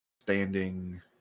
standing